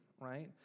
right